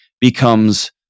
becomes